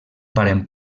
parent